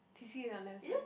T_C on left side